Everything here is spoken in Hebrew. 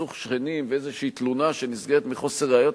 סכסוך שכנים ואיזו תלונה שנסגרת מחוסר ראיות,